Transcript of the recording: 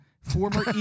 Former